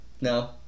No